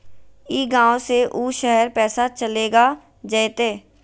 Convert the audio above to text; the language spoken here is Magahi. ई गांव से ऊ शहर पैसा चलेगा जयते?